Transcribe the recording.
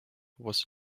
was